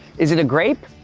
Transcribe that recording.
is it a grape?